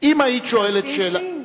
אם היית שואלת שאלה, על הש"ש.